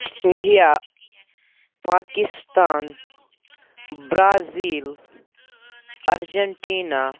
India Pakistan Brazil Argentina